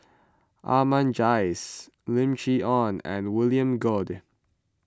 Ahmad Jais Lim Chee Onn and William Goode